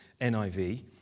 NIV